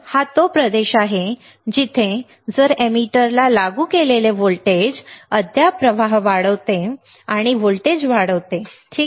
हा तो प्रदेश आहे जिथे जर एमिटरला लागू केलेले व्होल्टेज अद्याप प्रवाह वाढवते आणि व्होल्टेज वाढते ठीक आहे